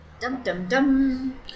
Dum-dum-dum